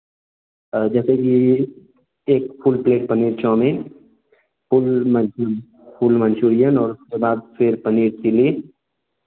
जैसे की एक full plate paneer chowmein full मंचुरी फुल मंचुरियन और सलाद खीर पनीर चिल्ली